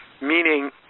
meaning